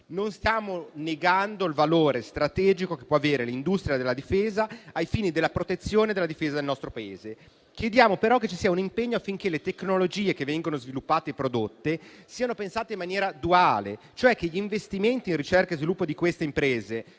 Non stiamo negando il valore strategico che può avere l'industria della difesa ai fini della protezione della difesa nel nostro Paese. Chiediamo però che ci sia un impegno affinché le tecnologie che vengono sviluppate e prodotte siano pensate in maniera duale, cioè che gli investimenti in ricerca e sviluppo di queste imprese